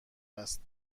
است